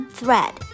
Thread